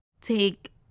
take